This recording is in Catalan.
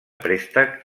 préstec